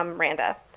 um randa.